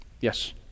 Yes